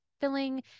filling